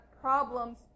problems